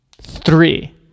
Three